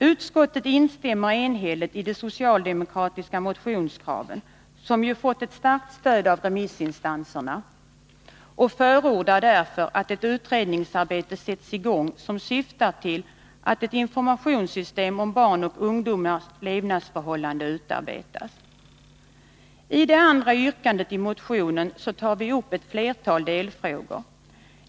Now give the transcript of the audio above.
Utskottet instämmer enhälligt i det socialdemokratiska motionskravet, som har fått ett starkt stöd av remissinstanserna, och förordar därför att ett utredningsarbete sätts i gång som syftar till att ett informationssystem rörande barns och ungdomars levnadsförhållanden utarbetas. I det andra yrkandet i motionen tar vi upp ett flertal delfrågor.